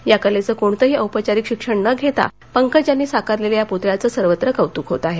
या कलेचं कोणतही औपचारिक शिक्षण न घेता पंकज यांनी साकारलेल्या या पुतळ्याचं सर्वत्र कौत्क होत आहे